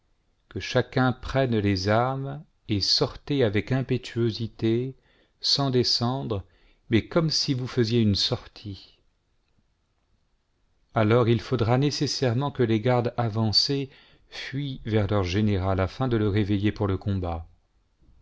que chacun prenne les armes et sortez avec impétuosité sans descendre mais comme si vous faisiez une sortie alors il faudra nécessairement que les gardes avancées fuient vers leur général afin de le réveiller pour le combat